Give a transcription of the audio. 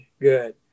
good